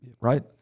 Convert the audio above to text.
Right